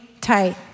tight